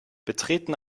betreten